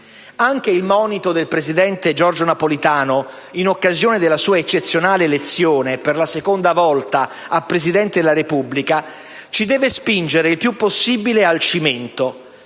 Anche il monito del presidente Giorgio Napolitano, in occasione della sua eccezionale elezione, per la seconda volta, a Presidente della Repubblica, ci deve spingere il più possibile al cimento: